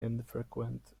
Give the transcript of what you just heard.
infrequent